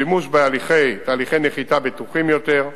שימוש בתהליכי נחיתה בטוחים יותר,